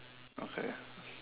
okay